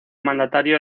mandatario